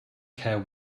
care